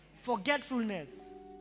Forgetfulness